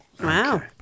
Wow